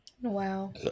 Wow